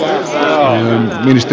arvoisa puhemies